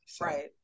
Right